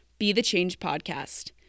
bethechangepodcast